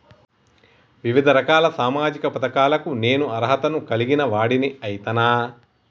వివిధ రకాల సామాజిక పథకాలకు నేను అర్హత ను కలిగిన వాడిని అయితనా?